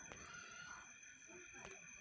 నేను నా ఇంటిని అప్పుకి తాకట్టుగా వాడాను